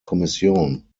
kommission